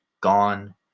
gone